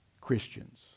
Christians